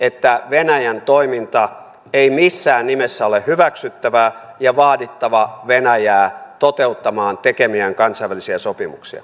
venäjän toiminta ei missään nimessä ole hyväksyttävää ja vaadittava venäjää toteuttamaan tekemiään kansainvälisiä sopimuksia